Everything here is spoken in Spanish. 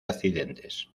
accidentes